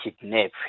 kidnap